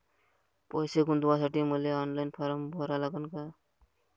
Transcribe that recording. पैसे गुंतवासाठी मले ऑनलाईन फारम भरा लागन का?